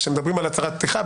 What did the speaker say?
כשמדברים על הצהרת פתיחה,